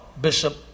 Bishop